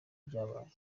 byabaye